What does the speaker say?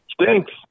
Stinks